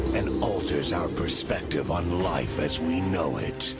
and alters our perspective on life as we know it.